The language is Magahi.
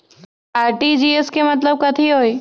आर.टी.जी.एस के मतलब कथी होइ?